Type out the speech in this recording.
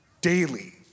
daily